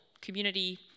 community